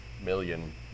million